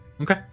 Okay